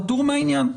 פטור מהעניין".